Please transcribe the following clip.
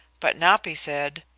but napi said,